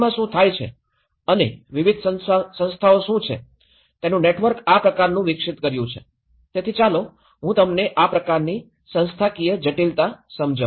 માં શું થાય છે અને વિવિધ સંસ્થાઓ શું છે તેનું નેટવર્ક આ પ્રકારનું વિકસિત કર્યું છે તેથી ચાલો હું તમને આ પ્રકારની સંસ્થાકીય જટિલતા સમજાવું